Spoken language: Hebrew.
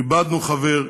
איבדנו חבר,